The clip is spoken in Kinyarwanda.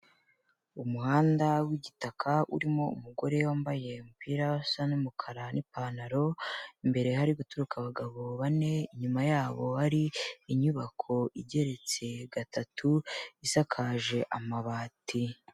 Umuhanda w'igitaka urimo umugore wambaye umupira usa n'umukara n'ipantaro, imbere hari guturuka abagabo bane, inyuma yabo hari inyubako igeretse gatatu isakaje amabati.